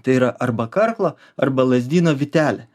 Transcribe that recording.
tai yra arba karklo arba lazdyno vytelė